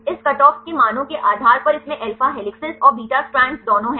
इस कटऑफ के मानों के आधार पर इसमें अल्फा हेलिसेस और बीटा स्ट्रैंड दोनों हैं